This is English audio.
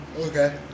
Okay